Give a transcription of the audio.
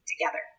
together